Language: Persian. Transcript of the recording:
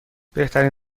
بهترین